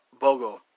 Bogo